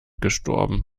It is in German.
gestorben